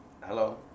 hello